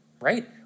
right